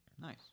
nice